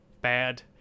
bad